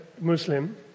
Muslim